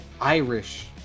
Irish